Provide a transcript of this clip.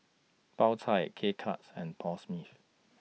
Po Chai K Cuts and Paul Smith